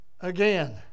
again